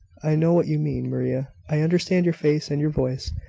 i know what you mean, maria. i understand your face and your voice.